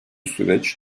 süreç